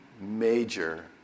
major